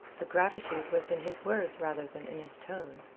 the gratitude was in his words rather than in his tone.